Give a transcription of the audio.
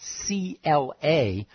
CLA